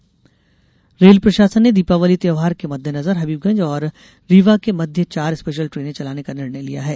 special train rail प्रशासन ने दीपावली त्यौहार के मद्देनजर हबीबगंज और रीवा के मध्य चार स्पेशल ट्रेन चलाने का निर्णय लिया है